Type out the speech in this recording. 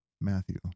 Matthew